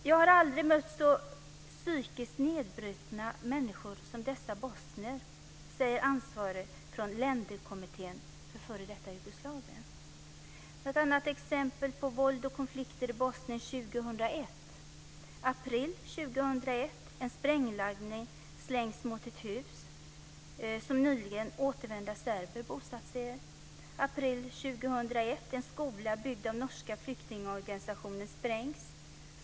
Jag har aldrig mött så psykiskt nedbrutna människor som dessa bosnier, säger ansvarig från Länderkommittén för före detta Jugoslavien. Några andra exempel på våld och konflikter i April 2001: En sprängladdning slängs mot ett hus som nyligen återvända serber bosatt sig i. April 2001: En skola byggd av norska flyktingorganisationer sprängs.